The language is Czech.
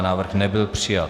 Návrh nebyl přijat.